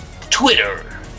Twitter